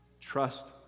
Trust